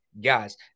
guys